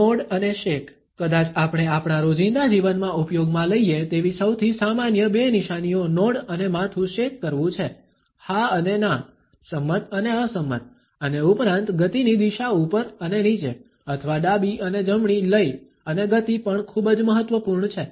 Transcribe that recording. node અને shake કદાચ આપણે આપણા રોજિંદા જીવનમાં ઉપયોગમાં લઈએ તેવી સૌથી સામાન્ય બે નિશાનીઓ નોડ અને માથું શેક કરવું છે હા અને ના સંમત અને અસંમત અને ઉપરાંત ગતિની દિશા ઉપર અને નીચે અથવા ડાબી અને જમણી લય અને ગતિ પણ ખૂબ જ મહત્વપૂર્ણ છે